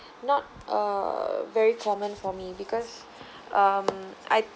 not uh very common for me because um I